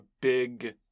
big